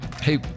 Hey